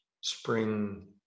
spring